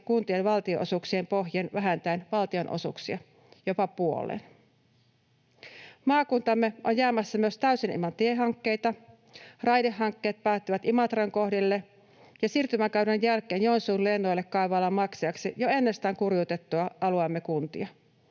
kuntien valtionosuuksien pohjiin vähentäen valtionosuuksia jopa puoleen. Maakuntamme on jäämässä myös täysin ilman tiehankkeita. Raidehankkeet päättyvät Imatran kohdille, ja siirtymäkauden jälkeen Joensuun lennoille kaavaillaan maksajaksi jo ennestään kurjuutettuja alueemme kuntia.